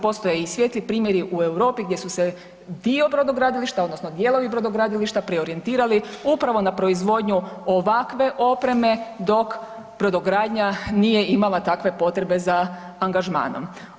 Postoje i svijetli primjeri u Europi gdje su se dio brodogradilišta odnosno dijelovi brodogradilišta preorijentirali upravo na proizvodnju ovakve opreme dok brodogradnja nije imala takve potrebe za angažmanom.